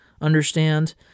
understand